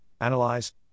analyze